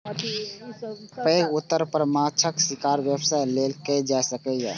पैघ स्तर पर माछक शिकार व्यवसाय लेल कैल जाइ छै